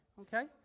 Okay